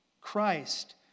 Christ